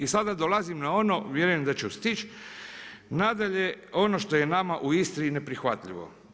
I sada dolazim na ono, vjerujem da ću stići, nadalje ono što je nama u Istri neprihvatljivo.